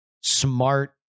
smart